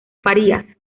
farías